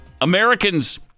Americans